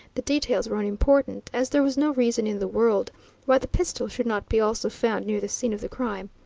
the details were unimportant, as there was no reason in the world why the pistol should not be also found near the scene of the crime.